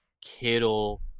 Kittle